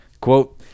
Quote